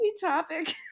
topic